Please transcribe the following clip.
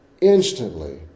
instantly